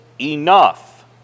enough